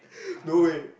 no way